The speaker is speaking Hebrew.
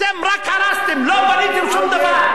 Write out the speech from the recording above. אתם רק הרסתם, לא בניתם שום דבר.